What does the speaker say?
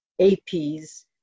APs